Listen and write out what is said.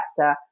chapter